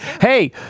Hey